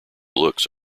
looks